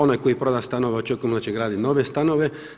Onaj koji proda stanove, očekujemo da će graditi nove stanove.